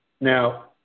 Now